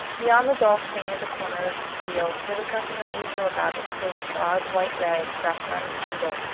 beyond the dull stain at the corner of the steel there was nothing unusual about it save a broad white rag wrapped round the handle,